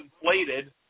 inflated